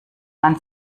man